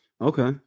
Okay